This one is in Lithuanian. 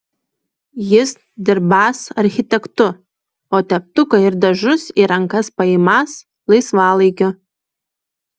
jis dirbąs architektu o teptuką ir dažus į rankas paimąs laisvalaikiu